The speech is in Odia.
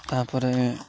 ତାପରେ